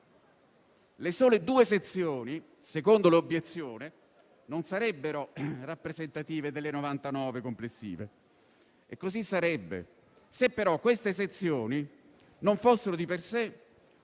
Le sole due sezioni - secondo l'obiezione - non sarebbero rappresentative delle 99 complessive e così sarebbe, se però queste sezioni non fossero di per sé